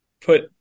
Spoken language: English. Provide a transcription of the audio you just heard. put